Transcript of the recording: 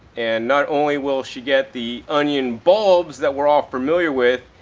and not only will she get the onion bulbs that we're all familiar with,